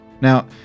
Now